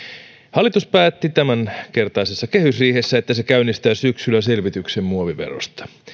hallitus päätti tämänkertaisessa kehysriihessä että se käynnistää syksyllä selvityksen muoviverosta